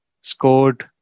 scored